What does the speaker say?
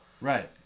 Right